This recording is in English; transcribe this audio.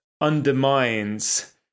undermines